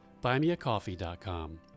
buymeacoffee.com